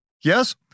Yes